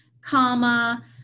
comma